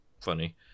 funny